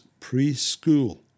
preschool